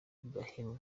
brahim